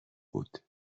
بود